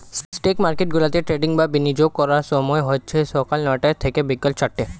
stock মার্কেটগুলোতে trading বা বিনিয়োগ করার সময় হচ্ছে সকাল নয়টা থেকে বিকেল চারটে